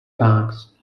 parks